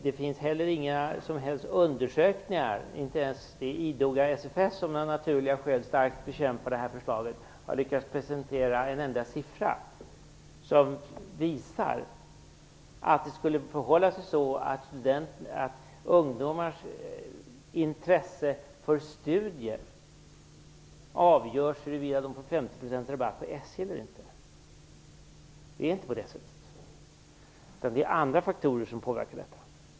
Det finns heller inga som helst undersökningar, inte ens det idoga SFS, som av naturliga skäl starkt bekämpar det här förslaget, har lyckats presentera en enda siffra som visar att ungdomars intresse för studier avgörs av huruvida de får 50 % rabatt på SJ eller inte. Det är inte på det sättet. Det är andra faktorer som påverkar detta.